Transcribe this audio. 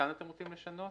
לשנות?